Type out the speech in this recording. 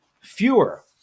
Fewer